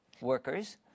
workers